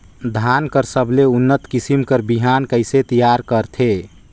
धान कर सबले उन्नत किसम कर बिहान कइसे तियार करथे?